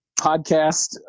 podcast